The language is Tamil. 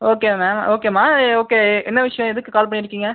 ஓகே மேம் ஓகேம்மா ஓகே என்ன விஷியம் எதுக்கு கால் பண்ணிருக்கீங்க